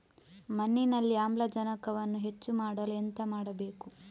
ಮಣ್ಣಿನಲ್ಲಿ ಆಮ್ಲಜನಕವನ್ನು ಹೆಚ್ಚು ಮಾಡಲು ಎಂತ ಮಾಡಬೇಕು?